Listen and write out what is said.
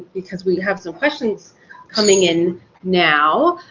because we have some questions coming in now.